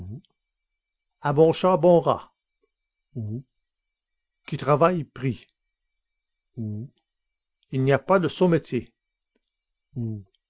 à bon chat bon rat ou qui travaille prie ou il n'y a pas de sot métier